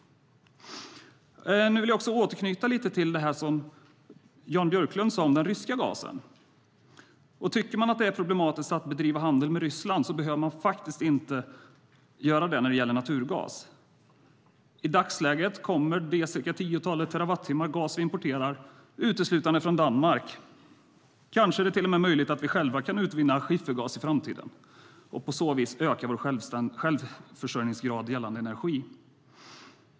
Nu vill jag också återknyta lite till det som Jan Björklund sade om den ryska gasen. Tycker man att det är problematiskt att bedriva handel med Ryssland behöver man faktiskt inte göra det när det gäller naturgas. I dagsläget kommer det tiotalet terawattimmar gas som vi importerar uteslutande från Danmark. Kanske är det i framtiden till och med möjligt för oss att själva utvinna skiffergas och på så vis öka vår självförsörjningsgrad gällande energi.